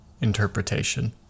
interpretation